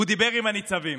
הוא דיבר עם הניצבים.